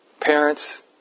parents